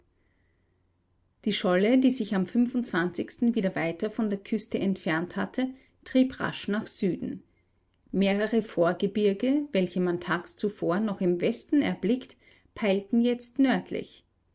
die scholle die sich am wieder weiter von der küste entfernt hatte trieb rasch nach süden mehrere vorgebirge welche man tags zuvor noch im westen erblickt peilten jetzt